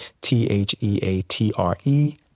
T-H-E-A-T-R-E